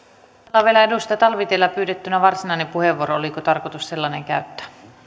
on vielä edustaja talvitiellä pyydettynä varsinainen puheenvuoro oliko tarkoitus sellainen käyttää